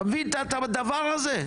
אתה מבין את הדבר הזה?